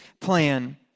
plan